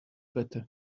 better